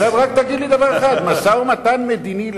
רק תגיד לי דבר אחד: במשא-ומתן מדיני,